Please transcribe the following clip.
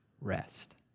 rest